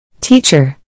Teacher